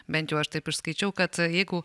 bent jau aš taip išskaičiau kad jeigu